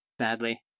Sadly